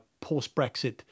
post-Brexit